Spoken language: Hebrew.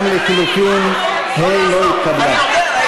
גם לחלופין ה' לא התקבלה.